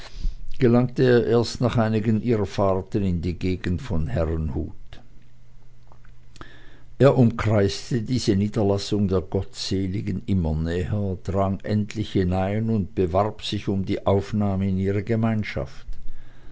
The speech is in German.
gelangte er erst nach einigen irrfahrten in die gegend von herrnhut er umkreiste diese niederlassung der gottseligen immer näher drang endlich hinein und bewarb sich um die aufnahme in ihre gemeinschaft